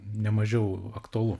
nemažiau aktualu